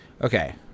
Okay